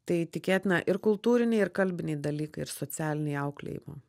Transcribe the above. tai tikėtina ir kultūriniai ir kalbiniai dalykai ir socialiniai auklėjimo